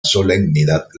solemnidad